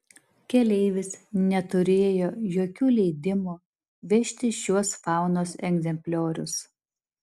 keleivis neturėjo jokių leidimų vežti šiuos faunos egzempliorius